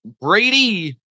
Brady